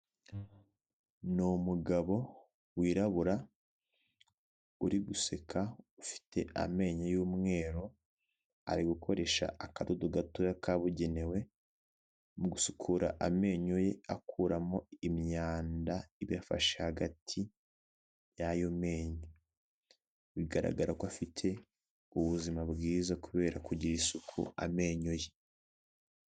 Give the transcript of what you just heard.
Ni umugabo wirabura uri guseka ufite amenyo y'umweru, ari gukoresha akadodo gatoya kabugenewe mu gusukura amenyo ye akuramo imyanda iba ifashe hagati y'ayo menyo, bigaragara ko afite ubuzima bwiza kubera kugira isuku amenyo ye.